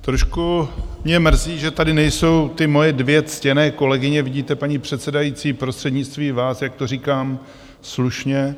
Trošku mě mrzí, že tady nejsou ty moje dvě ctěné kolegyně vidíte, paní předsedající, prostřednictvím vás, jak to říkám slušně.